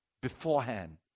beforehand